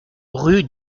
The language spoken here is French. rue